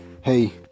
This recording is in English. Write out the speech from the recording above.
hey